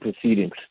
proceedings